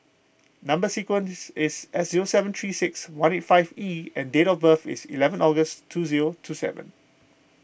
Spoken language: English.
Number Sequence is S U seven three six one eight five E and date of birth is eleven August two zero two seven